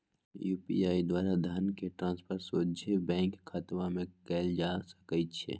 UPI द्वारा धन के ट्रांसफर सोझे बैंक खतामें कयल जा सकइ छै